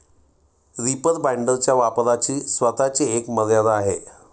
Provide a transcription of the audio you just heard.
reaper बाइंडरच्या वापराची स्वतःची एक मर्यादा आहे